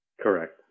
Correct